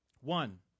One